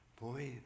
boy